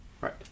Right